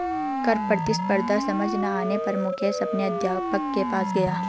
कर प्रतिस्पर्धा समझ ना आने पर मुकेश अपने अध्यापक के पास गया